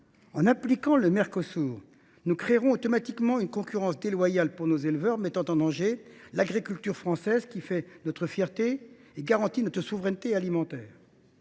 l’accord avec le Mercosur, nous créerons automatiquement une concurrence déloyale pour nos éleveurs, mettant en danger l’agriculture française, qui fait notre fierté et garantit notre souveraineté alimentaire.